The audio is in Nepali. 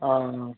अँ